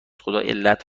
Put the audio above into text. خداعلت